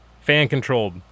fan-controlled